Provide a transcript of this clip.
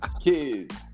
kids